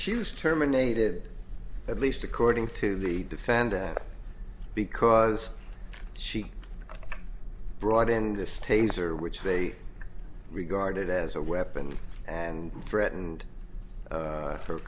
she was terminated at least according to the defendant because she brought in this taser which they regarded as a weapon and threatened